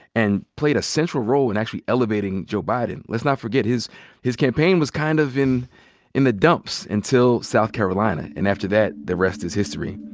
and played a central role in actually elevating joe biden. let's not forget, his his campaign was kind of in in the dumps until south carolina. and after that, the rest is history.